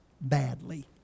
badly